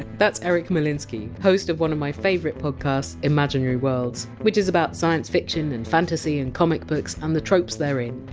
that's eric molinsky, host of one of my favourite podcasts, imaginary worlds, which is about science fiction and fantasy and comic books and the tropes therein.